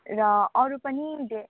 र अरू पनि धे